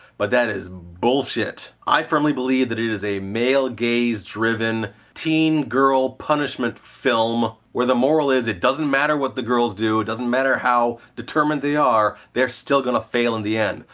but that is bullshit! i firmly believe that it is a male-gaze-driven teen girl punishment film where the moral is, it doesn't matter what the girls do, it doesn't matter how determined they are, they're still gonna fail in the end.